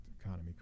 economy